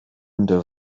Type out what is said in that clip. under